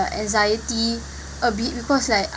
anxiety a bit because like